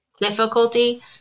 difficulty